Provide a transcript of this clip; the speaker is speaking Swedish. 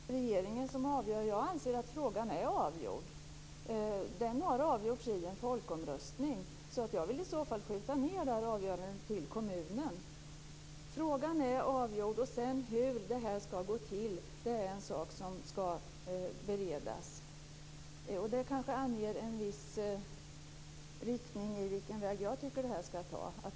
Fru talman! Magnus Jacobsson hänvisade till att det är regeringen som avgör. Jag anser att frågan är avgjord. Den har avgjorts i en folkomröstning. Jag vill i så fall lägga avgörandet på kommunen. Frågan är avgjord. Hur det sedan skall gå till är en sak som skall beredas. Det anger kanske den riktning som jag tycker att det hela skall ta.